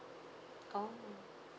oh